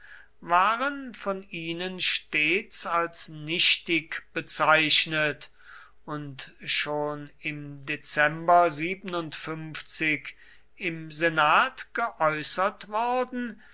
waren von ihnen stets als nichtig bezeichnet und schon im dezember im senat geäußert worden